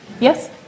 Yes